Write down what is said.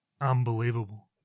Unbelievable